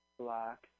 black